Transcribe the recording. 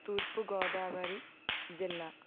తూర్పు గోదావరి జిల్లా